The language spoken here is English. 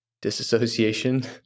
disassociation